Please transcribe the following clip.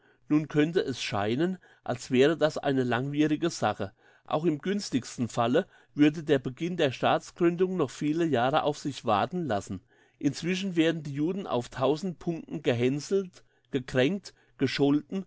nun könnte es scheinen als wäre das eine langwierige sache auch im günstigsten falle würde der beginn der staatsgründung noch viele jahre auf sich warten lassen inzwischen werden die juden auf tausend punkten gehänselt gekränkt gescholten